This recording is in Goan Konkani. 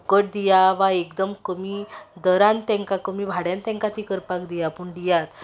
फुकट दिया वा एकदम कमी दरान तांकां कमी भाड्यान तांकां ती करपाक दिया पूण दिया